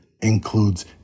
includes